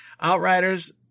Outriders